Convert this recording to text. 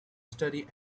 study